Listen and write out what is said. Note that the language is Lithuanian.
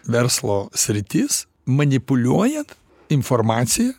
verslo sritis manipuliuojat informacija